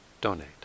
donate